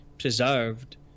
preserved